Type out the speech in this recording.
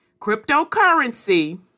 cryptocurrency